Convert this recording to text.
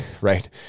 right